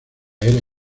era